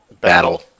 Battle